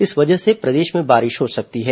इस वजह से प्रदेश में बारिश हो सकती है